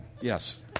Yes